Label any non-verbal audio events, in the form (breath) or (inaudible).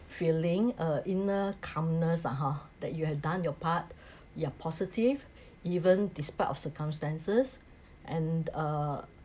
feeling uh inner calmness ah ha that you have done your part (breath) you're positive (breath) even despite of circumstances and uh